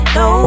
no